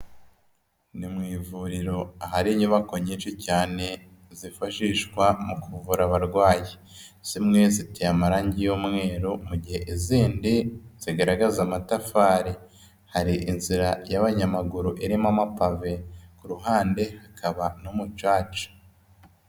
Ni mu ivuriro ahari inyubako nyinshi cyane zifashishwa mu kuvura abarwayi, zimwe ziteye amarangi y'umweru, mu gihe izindi zigaragaza amatafari, hari inzira y'abanyamaguru irimo amapave ku ruhande hakaba n'umucaca.